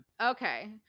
Okay